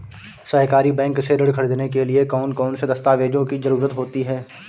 सहकारी बैंक से ऋण ख़रीदने के लिए कौन कौन से दस्तावेजों की ज़रुरत होती है?